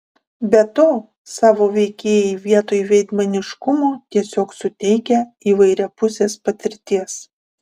be to savo veikėjai vietoj veidmainiškumo tiesiog suteikia įvairiapusės patirties